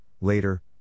later